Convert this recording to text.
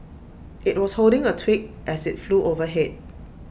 IT was holding A twig as IT flew overhead